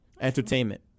entertainment